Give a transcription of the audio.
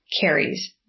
carries